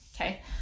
okay